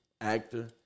actor